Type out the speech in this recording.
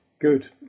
Good